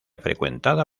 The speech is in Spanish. frecuentada